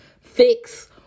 fix